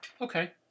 okay